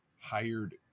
hired